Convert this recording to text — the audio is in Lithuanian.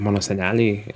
mano seneliai